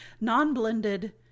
Non-blended